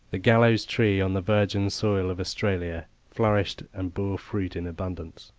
the gallows-tree on the virgin soil of australia flourished and bore fruit in abundance.